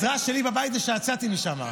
העזרה שלי בבית זה שיצאתי משם.